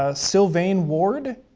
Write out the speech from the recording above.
ah sylvain ward.